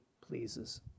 pleases